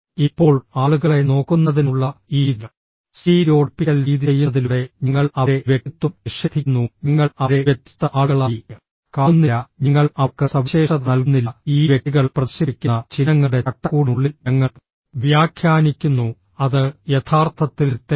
ഇപ്പോൾ ആളുകളെ നോക്കുന്നതിനുള്ള ഈ സ്റ്റീരിയോടൈപ്പിക്കൽ രീതി ചെയ്യുന്നതിലൂടെ ഞങ്ങൾ അവരെ വ്യക്തിത്വം നിഷേധിക്കുന്നു ഞങ്ങൾ അവരെ വ്യത്യസ്ത ആളുകളായി കാണുന്നില്ല ഞങ്ങൾ അവർക്ക് സവിശേഷത നൽകുന്നില്ല ഈ വ്യക്തികൾ പ്രദർശിപ്പിക്കുന്ന ചിഹ്നങ്ങളുടെ ചട്ടക്കൂടിനുള്ളിൽ ഞങ്ങൾ വ്യാഖ്യാനിക്കുന്നു അത് യഥാർത്ഥത്തിൽ തെറ്റാണ്